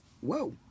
whoa